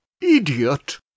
Idiot